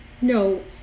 No